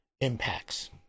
impacts